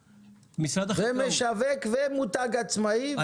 ומשווק ומותג עצמאי,